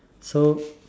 so